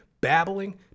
babbling